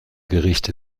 gericht